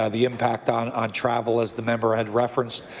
ah the impact on travel as the member had referenced.